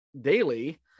daily